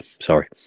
sorry